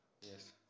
Yes